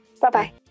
Bye-bye